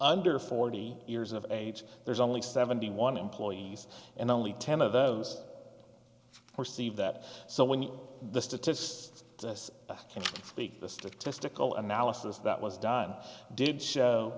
under forty years of age there's only seventy one employees and only ten of those perceived that so when the statistics this week the statistical analysis that was done did show